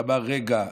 ואמר: רגע,